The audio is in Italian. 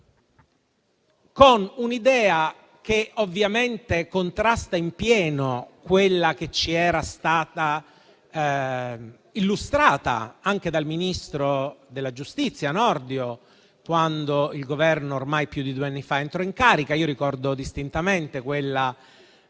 con un'idea che ovviamente contrasta in pieno con quella che ci era stata illustrata anche dal ministro della giustizia Nordio quando il Governo, ormai più di due anni fa, entrò in carica. Ricordo distintamente